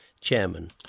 Chairman